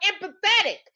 empathetic